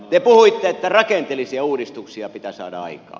te puhuitte että rakenteellisia uudistuksia pitää saada aikaan